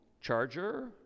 charger